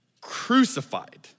crucified